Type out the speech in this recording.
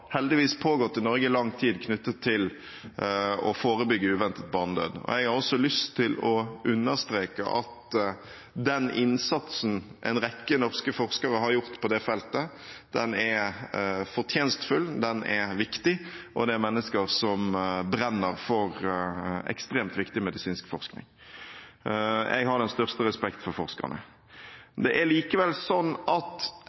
heldigvis har pågått i lang tid i Norge – knyttet til å forebygge uventet barnedød. Og jeg har lyst til å understreke at den innsatsen en rekke norske forskere har gjort på det feltet, er fortjenstfull og viktig. Dette er mennesker som brenner for ekstremt viktig medisinsk forskning. Jeg har den største respekt for forskerne. Det er likevel slik at